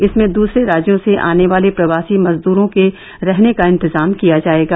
इसमें दूसरे राज्यों से आने वाले प्रवासी मजदूरों के रहने का इंतजाम किया जाएगा